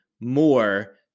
more